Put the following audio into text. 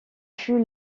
fut